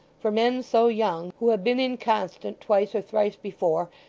for men so young, who have been inconstant twice or thrice before,